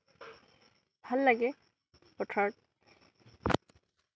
ভাল লাগে পথাৰত